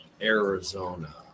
Arizona